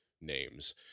names